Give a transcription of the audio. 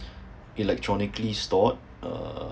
electronically stored uh